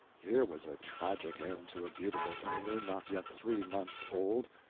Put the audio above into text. here was a tragic end to a beautiful honeymoon not yet three months old.